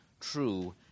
true